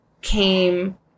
came